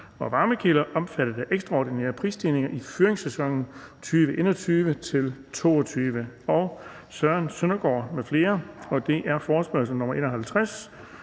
varmekilder omfattet af ekstraordinære prisstigninger i fyringssæsonen 2021-2022). Søren Søndergaard (EL) m.fl.: Forespørgsel nr. F 51